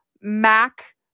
MAC